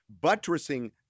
Buttressing